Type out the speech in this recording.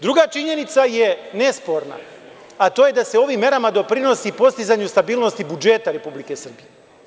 Druga činjenica je nesporna, a to je da se ovim merama doprinosi postizanje stabilnosti budžeta Republike Srbije.